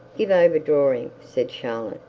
give over drawing said charlotte,